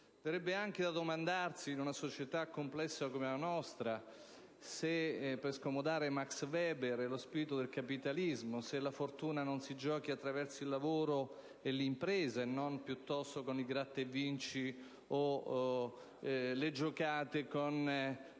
anche se, in una società complessa come la nostra, per scomodare Max Weber e lo spirito del capitalismo, la fortuna non si cerchi attraverso il lavoro e l'impresa e non piuttosto con i gratta e vinci e le giocate con